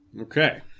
Okay